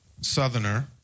Southerner